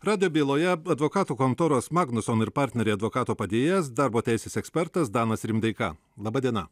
radijo byloje advokatų kontoros magnuson ir partneriai advokato padėjėjas darbo teisės ekspertas danas rimdeika laba diena